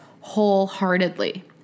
wholeheartedly